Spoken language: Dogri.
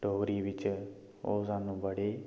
डोगरी बिच्च ओह् सानूं बड़ी ई